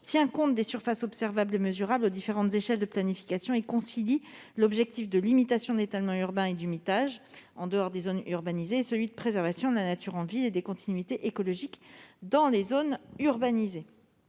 tient compte des surfaces observables et mesurables aux différentes échelles de planification et concilie l'objectif de limitation de l'étalement urbain et du mitage en dehors des zones urbanisées avec celui de préservation de la nature en ville et des continuités écologiques dans les zones urbanisées.